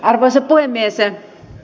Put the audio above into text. arvoisa puhemies